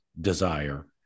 desire